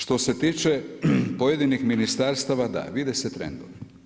Što se tiče pojedinih ministarstava, da, vide se trendovi.